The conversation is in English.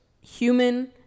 human